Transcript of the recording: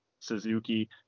Suzuki